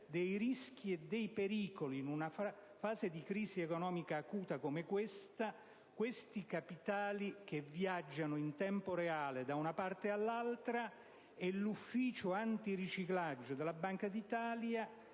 sui rischi e sui pericoli, in una fase di crisi economica acuta come questa, di questi capitali che viaggiano in tempo reale da una parte all'altra e sul fatto che l'ufficio antiriciclaggio della Banca d'Italia,